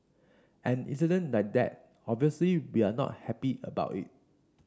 an incident like that obviously we are not happy about it